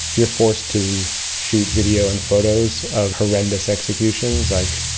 you're forced to shoot video and photos of horrendous executions, like,